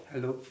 hello